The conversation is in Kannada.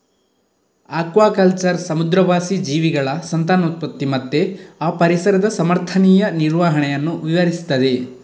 ಅಕ್ವಾಕಲ್ಚರ್ ಸಮುದ್ರವಾಸಿ ಜೀವಿಗಳ ಸಂತಾನೋತ್ಪತ್ತಿ ಮತ್ತೆ ಆ ಪರಿಸರದ ಸಮರ್ಥನೀಯ ನಿರ್ವಹಣೆಯನ್ನ ವಿವರಿಸ್ತದೆ